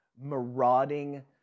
marauding